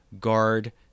guard